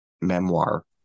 memoir